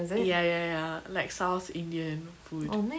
ya ya ya like south indian food